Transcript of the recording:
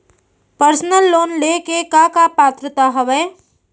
Personal loan ले के का का पात्रता का हवय?